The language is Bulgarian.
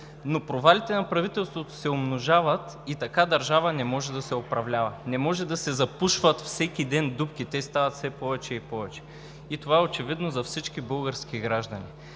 Но провалите на правителството се умножават и така държава не може да се управлява, не може да се запушват всеки ден дупки, те стават все повече и повече и това е очевидно за всички български граждани.